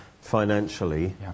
financially